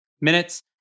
minutes